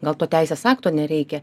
gal to teisės akto nereikia